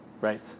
Right